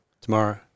Tomorrow